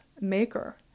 maker